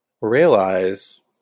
realize